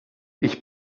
ich